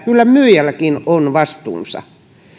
kyllä myyjälläkin on vastuunsa